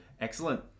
Excellent